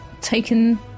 taken